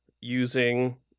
using